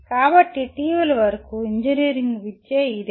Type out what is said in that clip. కాబట్టి ఇటీవల వరకు ఇంజనీరింగ్ విద్య ఇదే